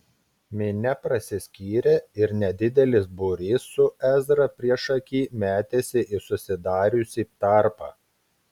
minia prasiskyrė ir nedidelis būrys su ezra priešaky metėsi į susidariusį tarpą